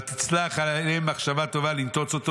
ותצלח עליהם מחשבה טובה לנתוץ אותו